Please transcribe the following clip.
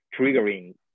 triggering